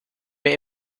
mir